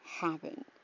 happen